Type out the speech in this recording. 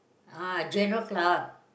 uh general clerk